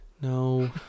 No